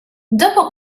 dopo